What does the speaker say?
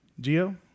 Geo